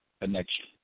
connection